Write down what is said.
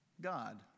God